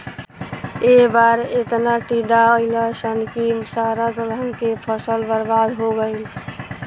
ए बार एतना टिड्डा अईलन सन की सारा दलहन के फसल बर्बाद हो गईल